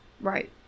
Right